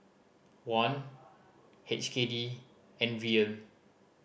Won H K D and Riel